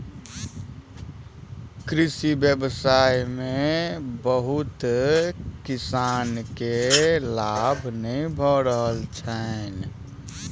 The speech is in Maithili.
कृषि व्यवसाय में बहुत कृषक के लाभ नै भ रहल छैन